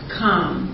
come